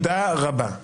יואב, בבקשה.